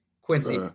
Quincy